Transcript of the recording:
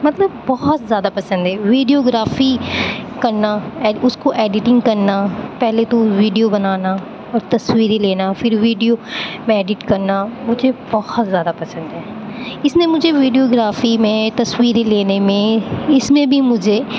مطلب بہت زیادہ پسند ہے ویڈیوگرافی کرنا ایڈ اس کو ایڈیٹنگ کرنا پہلے تو ویڈیو بنانا اور تصویریں لینا پھر ویڈیو میں ایڈیٹ کرنا مجھے بہت زیادہ پسند ہے اس میں مجھے ویڈیوگرافی میں تصویریں لینے میں اس میں بھی مجھے